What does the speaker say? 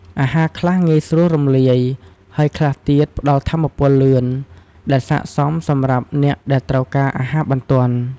អាហារខ្លះងាយស្រួលរំលាយ ហើយខ្លះទៀតផ្តល់ថាមពលលឿន ដែលស័ក្តិសមសម្រាប់អ្នកដែលត្រូវការអាហារបន្ទាន់។